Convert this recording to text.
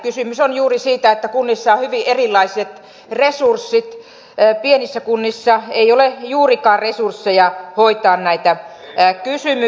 kysymys on juuri siitä että kunnissa on hyvin erilaiset resurssit pienissä kunnissa ei ole juurikaan resursseja hoitaa näitä kysymyksiä